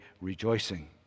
Rejoicing